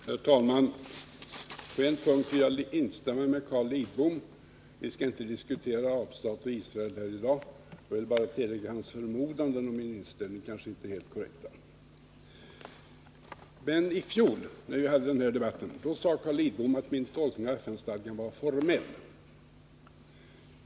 Herr talman! På en punkt vill jag instämma med Carl Lidbom: Vi skall inte diskutera arabstater och Israel här i dag. Jag vill bara tillägga att Carl Lidboms förmodanden om min inställning kanske inte är helt korrekta. Men i fjol, när vi förde den här debatten, sade Carl Lidbom att min tolkning av FN-stadgan var formell.